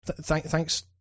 Thanks